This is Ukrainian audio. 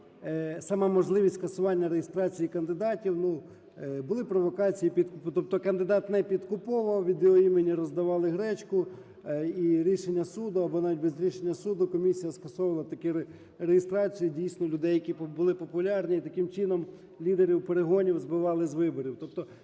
сама можливість скасування реєстрації кандидатів… ну, були провокації підкупу, тобто кандидат не підкуповував, від його імені роздавали гречку і рішення суду або навіть без рішення суду комісія скасовувала таки реєстрацію, дійсно, людей, які були популярні, і таким чином лідерів перегонів збивали з виборів,